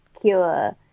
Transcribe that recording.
cure